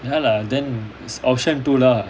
ya lah then it's option two lah